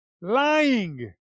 lying